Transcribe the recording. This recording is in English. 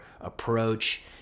approach